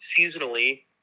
seasonally